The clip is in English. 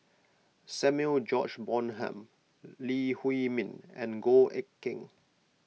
Samuel George Bonham Lee Huei Min and Goh Eck Kheng